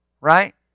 Right